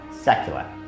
secular